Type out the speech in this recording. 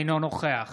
אינו נוכח